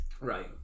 right